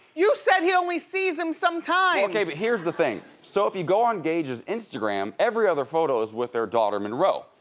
you said he only sees em some times. well okay but here's the thing. so if you go on gage's instagram, every other photo is with their daughter monroe.